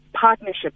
partnerships